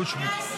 18,